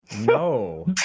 No